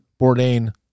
Bourdain